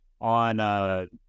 on